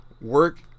work